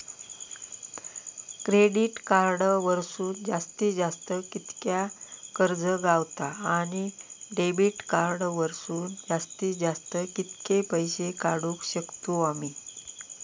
Credit card वरसून जास्तीत जास्त कितक्या कर्ज गावता, आणि डेबिट कार्ड वरसून जास्तीत जास्त कितके पैसे काढुक शकतू आम्ही?